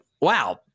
wow